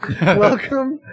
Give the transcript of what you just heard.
Welcome